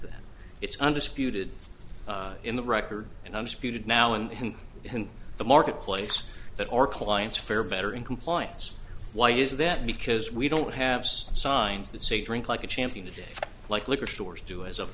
then it's undisputed in the record and i'm spewed now in the marketplace that our clients fare better in compliance why is that because we don't have signs that say drink like a champion today like liquor stores do as of